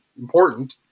important